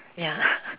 ya